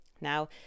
Now